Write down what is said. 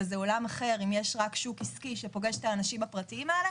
זה עולם אחר אם יש רק שוק עסקי שפוגש את האנשים הפרטיים האלה